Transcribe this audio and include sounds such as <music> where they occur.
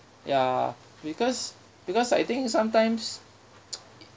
ya because because I think sometimes <noise>